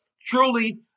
truly